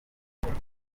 urban